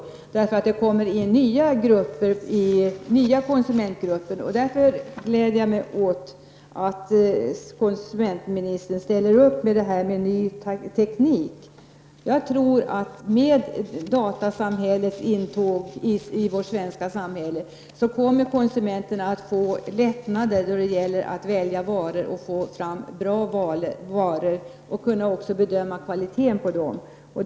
Det kommer ju in nya konsumentgrupper. Jag glädjer mig därför åt att konsumentministern ställer upp på detta med ny teknik. Med datasamhällets intåg i vårt svenska samhälle kommer konsumenterna att få lättnader då det gäller att välja och få fram bra varor och att kunna bedöma kvaliteten på dem.